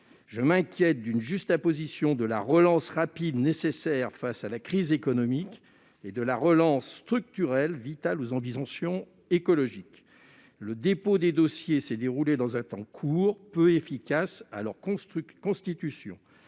Je m'inquiète d'une juxtaposition de la relance rapide, nécessaire face à la crise économique, et de la relance structurelle, vitale aux ambitions écologiques. Le dépôt des dossiers s'est déroulé dans un temps court, peu efficace pour leur constitution.